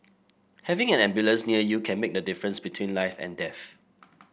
having an ambulance near you can make the difference between life and death